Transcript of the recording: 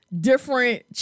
different